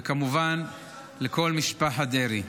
וכמובן לכל משפחת דרעי.